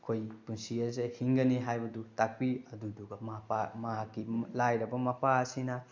ꯑꯩꯈꯣꯏ ꯄꯨꯟꯁꯤ ꯑꯁꯦ ꯍꯤꯡꯒꯅꯤ ꯍꯥꯏꯕꯗꯨ ꯇꯥꯛꯄꯤ ꯑꯗꯨꯗꯒ ꯃꯄꯥ ꯃꯥꯒꯤ ꯂꯥꯏꯔꯕ ꯃꯄꯥ ꯑꯁꯤꯅ